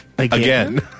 Again